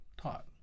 taught